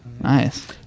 nice